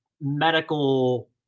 medical